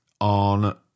on